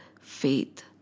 faith